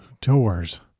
doors